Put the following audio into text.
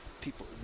people